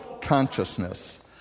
consciousness